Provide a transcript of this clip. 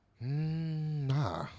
Nah